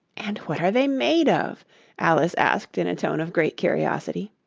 and what are they made of alice asked in a tone of great curiosity.